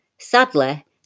Sadly